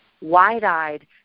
wide-eyed